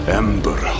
ember